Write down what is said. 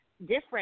different